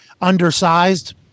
undersized